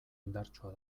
indartsua